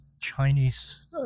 Chinese